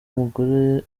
umugore